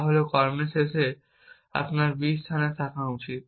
তাহলে কর্মের শেষে আপনার b স্থানে থাকা উচিত